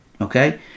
Okay